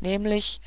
nämlich